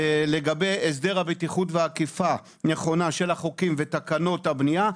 לגבי הסדר הבטיחות ואכיפה נכונה של החוקים ותקנות הבנייה,